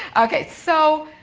okay, so,